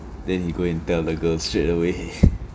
then he go and tell the girl straight away